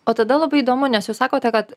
o tada labai įdomu nes jūs sakote kad